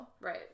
Right